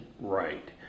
right